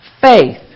Faith